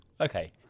Okay